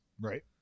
Right